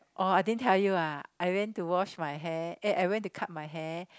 oh I didn't tell you ah I went to wash my hair eh I went to cut my hair